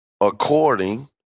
According